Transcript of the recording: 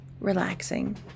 relaxing